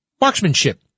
Marksmanship